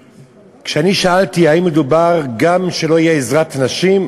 שכשאני שאלתי אם מדובר גם על כך שלא תהיה עזרת נשים,